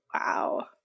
Wow